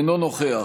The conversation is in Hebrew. אינו נוכח